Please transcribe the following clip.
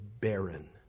barren